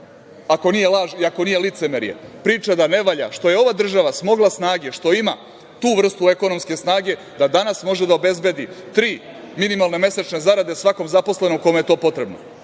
ako nije licemerje, priča da ne valja što je ova država smogla snage, što ima tu vrstu ekonomske snage da danas može da obezbedi tri minimalne mesečne zarade svakom zaposlenom kome je to potrebno?